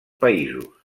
països